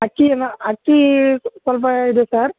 ಅಕ್ಕಿ ಎಲ್ಲ ಅಕ್ಕಿ ಸ್ವಲ್ಪ ಇದೆ ಸರ್